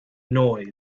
noise